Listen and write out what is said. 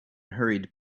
hurried